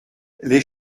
les